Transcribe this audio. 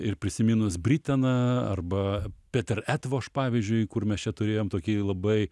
ir prisiminus briteną arba peter etvoš pavyzdžiui kur mes čia turėjom tokį labai